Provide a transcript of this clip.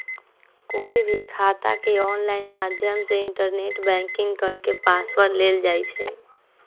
कोई भी खाता के ऑनलाइन माध्यम से इन्टरनेट बैंकिंग करके पासवर्ड लेल जाई छई